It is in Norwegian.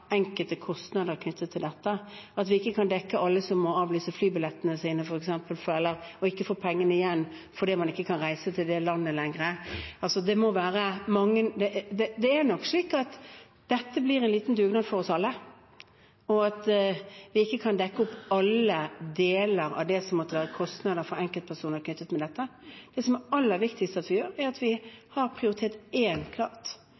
enkelte kostnader knyttet til dette – at vi ikke kan dekke alle som må avbestille flybillettene sine, f.eks., og ikke får pengene igjen fordi man ikke kan reise til det landet lenger. Det er nok slik at dette blir en liten dugnad for oss alle, og at vi ikke kan dekke opp alle deler av det som måtte være kostnader for enkeltpersoner knyttet til dette. Det som er det aller viktigste vi gjør, er at vi har prioritet én klar. Det er å sørge for at